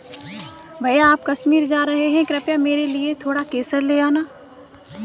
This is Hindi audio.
भैया आप कश्मीर जा रहे हैं कृपया मेरे लिए थोड़ा केसर ले आना